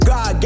God